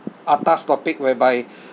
atas topic whereby